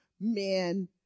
man